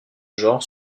genre